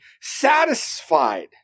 satisfied